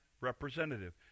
representative